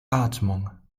atmung